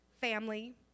family